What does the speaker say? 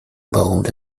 bold